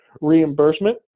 reimbursement